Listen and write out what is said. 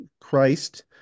Christ